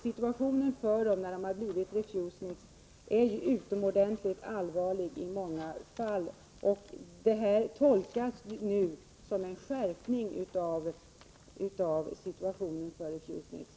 Situationen för dem är utomordentligt allvarlig i många fall. Det nu inträffade tolkas som en skärpning av situationen för refusniks.